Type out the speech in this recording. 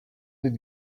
did